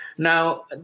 Now